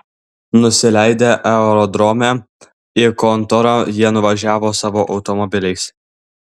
nusileidę aerodrome į kontorą jie nuvažiavo savo automobiliais